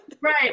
Right